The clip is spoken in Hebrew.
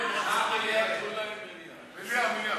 מליאה, מליאה.